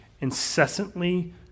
incessantly